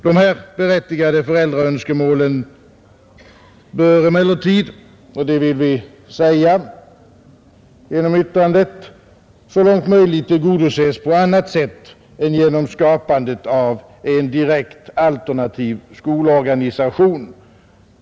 Dessa berättigade föräldraönskemål bör emellertid — det vill vi också ha sagt genom vårt särskilda yttrande — så långt möjligt tillgodoses på annat sätt än genom skapandet av en direkt alternativ skolorganisation.